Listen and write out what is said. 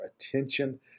attention